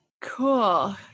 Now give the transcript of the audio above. Cool